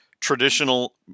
traditional